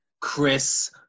Chris